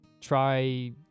Try